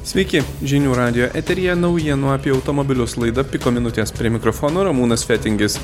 sveiki žinių radijo eteryje naujienų apie automobilius laida piko minutės prie mikrofono ramūnas fetingis